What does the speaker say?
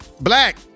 Black